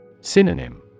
Synonym